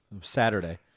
Saturday